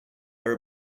are